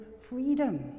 freedom